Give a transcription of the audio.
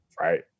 Right